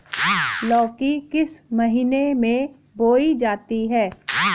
लौकी किस महीने में बोई जाती है?